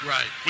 Right